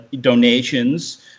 donations